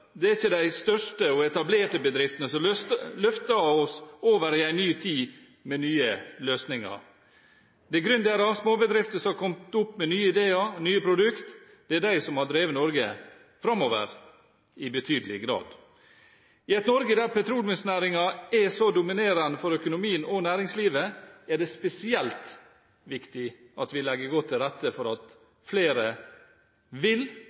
Det er ikke de største og etablerte bedriftene som løfter oss over i en ny tid med nye løsninger – det er gründere og småbedrifter som har kommet med nye ideer, nye produkter. Det er de som har drevet Norge framover i betydelig grad. I et Norge der petroleumsnæringen er så dominerende for økonomien og næringslivet, er det spesielt viktig at vi legger godt til rette for at flere vil